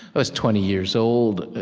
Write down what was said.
i was twenty years old,